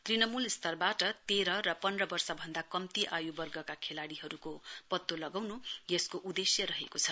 तृणमूल स्तरबाट तेह्र र पन्ध वर्षभन्दा कम्ती आय्वर्गका खेलाडीहरूको पत्तो लगाउन् यसको उद्देश्य रहेको छ